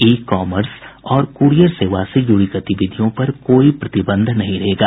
ई commerce और courier सेवा से जुड़ी गतिविधियों पर कोई प्रतिबंध नहीं रहेगा